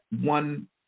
one